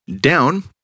Down